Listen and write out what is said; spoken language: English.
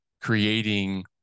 creating